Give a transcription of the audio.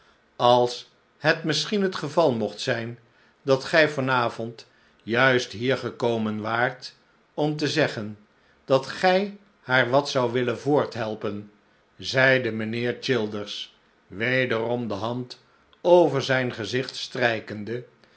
als het misschien het geval mocht zijn dat gij van avond juist hier gekomen waart om te zeggen dat gij haar wat zoudt willen voorthelpen zeide mijnheer childers wederom de hand over zijn gezicht strijkende